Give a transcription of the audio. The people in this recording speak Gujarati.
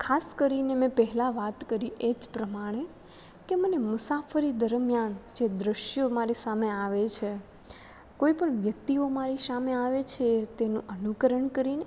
ખાસ કરીને મેં પહેલાં વાત કરી એ જ પ્રમાણે કે મને મુસાફરી દરમિયાન જે દૃશ્યો મારા સામે આવે છે કોઈપણ વ્યક્તિઓ મારી સામે આવે છે તેનું અનુકરણ કરીને